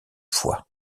fois